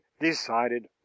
decided